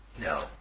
No